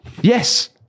Yes